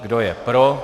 Kdo je pro.